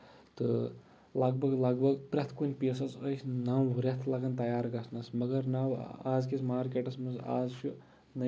تہٕ لگ بگ لگ بگ پرٮ۪تھ کُنہِ پیٖسس ٲسۍ نو رٮ۪تھ لگان تَیار گژھنَس مَگر نو أزکِس مارکیٹس منٛز آز چھُ